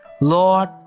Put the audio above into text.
Lord